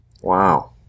wow